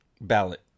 ballot